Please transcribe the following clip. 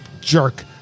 jerk